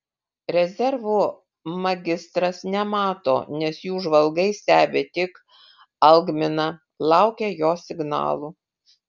rezervų magistras nemato nes jų žvalgai stebi tik algminą laukia jo signalų